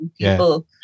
People